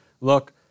Look